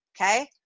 Okay